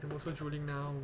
I'm also drooling now